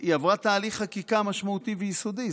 היא עברה תהליך חקיקה משמעותי ויסודי.